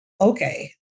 okay